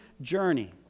journey